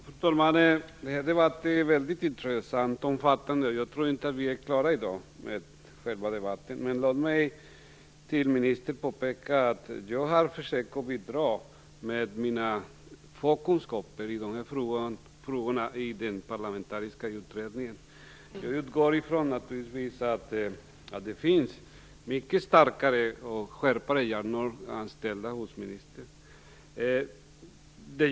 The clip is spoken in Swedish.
Fru talman! Den här debatten är väldigt intressant och omfattande. Jag tror inte att vi blir klara med den i dag. Men låt mig inför ministern påpeka att jag har försökt att bidra med mina få kunskaper i dessa frågor i den parlamentariska utredningen. Jag utgår från att det finns människor med mycket skarpare hjärnor anställda hos ministern.